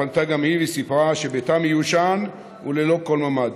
פנתה גם היא וסיפרה שביתה מיושן וללא כל ממ"ד.